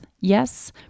Yes